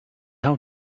how